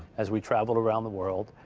as we traveled around the world.